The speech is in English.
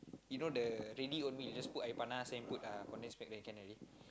you know the ready oatmeal you just put air panas and you put condensed milk then can already